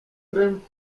tren